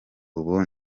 ubu